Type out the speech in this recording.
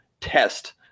test